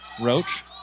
Roach